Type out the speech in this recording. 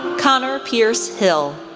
conor pierce hill,